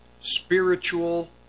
spiritual